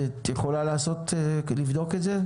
את יכולה לבדוק את זה?